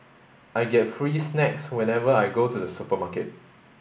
I get free snacks whenever I go to the supermarket